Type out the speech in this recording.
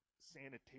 sanitation